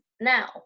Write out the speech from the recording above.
now